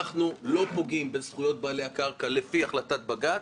אנחנו לא פוגעים בזכויות בעלי הקרקע לפי החלטת בג"ץ,